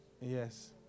Yes